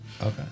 Okay